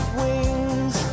wings